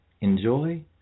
enjoy